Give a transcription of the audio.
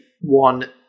one